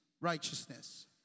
righteousness